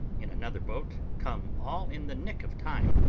in another boat, come all in the nick of time,